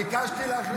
--- ביקשתי להכניס אותה.